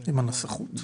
התקנות?